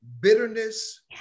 bitterness